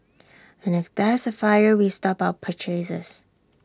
and if there's A fire we stop our purchases